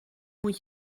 moet